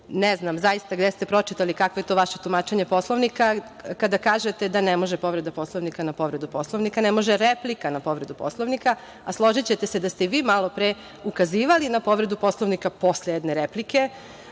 znam zaista gde ste pročitali i kakvo je to vaše tumačenje Poslovnika kada kažete da ne može povreda Poslovnika na povredu Poslovnika? Ne može replika na povredu Poslovnika, a složićete se da ste i vi malopre ukazivali na povredu Poslovnika posle jedne replike,